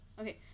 Okay